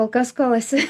kol kas kol esi